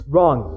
Wrong